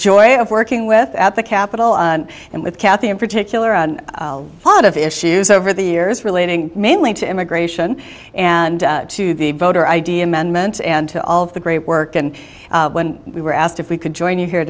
joy of working with at the capitol and with cathy in particular on a lot of issues over the years relating mainly to immigration and to the voter id amendment and to all of the great work and when we were asked if we could join you here